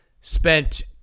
spent